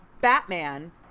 Batman